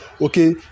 okay